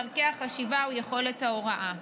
דרכי החשיבה ויכולת ההוראה.